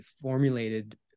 formulated